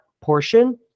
portion